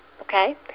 okay